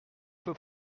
peux